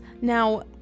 Now